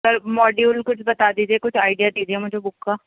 سر module کچھ بتا دیجئے کچھ آئیڈیا دیجئے مجھے بک کا